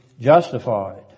justified